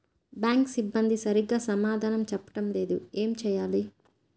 Bank సిబ్బంది సరిగ్గా సమాధానం చెప్పటం లేదు ఏం చెయ్యాలి?